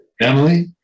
Emily